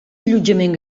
allotjament